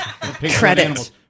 credit